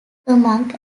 among